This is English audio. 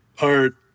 art